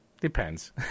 Depends